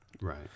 Right